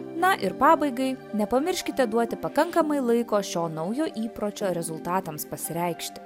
na ir pabaigai nepamirškite duoti pakankamai laiko šio naujo įpročio rezultatams pasireikšti